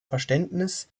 verständnis